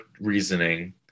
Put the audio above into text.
reasoning